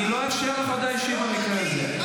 --- אני לא אאפשר לך הודעה אישית במקרה הזה.